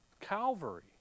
Calvary